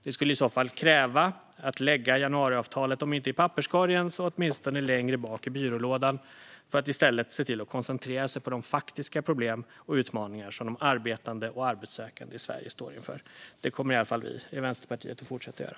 Det skulle i så fall kräva att man lägger januariavtalet om inte i papperskorgen så åtminstone längre bak i byrålådan för att i stället koncentrera sig på de faktiska problem och utmaningar som de arbetande och de arbetssökande i Sverige står inför. Det kommer i alla fall vi i Vänsterpartiet att fortsätta göra.